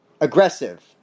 aggressive